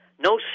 No